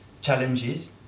challenges